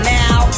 now